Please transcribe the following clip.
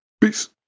Peace